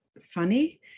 funny